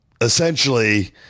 essentially